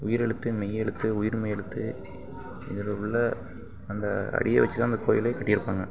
உயிர் எழுத்து மெய் எழுத்து உயிர்மெய் எழுத்து இதில் உள்ள அந்த அடியை வச்சுதான் அந்த கோயிலே கட்டியிருப்பாங்க